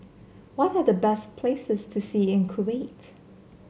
what are the best places to see in Kuwait